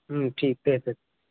ٹھیک ہےٹ سر